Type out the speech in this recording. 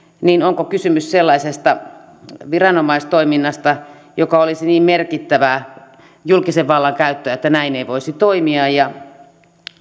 niin onko kysymys sellaisesta viranomaistoiminnasta joka olisi niin merkittävää julkisen vallan käyttöä että näin ei voisi toimia ja